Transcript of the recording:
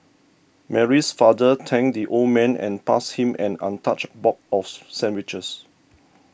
Mary's father thanked the old man and passed him an untouched box of sandwiches